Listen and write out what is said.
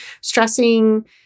stressing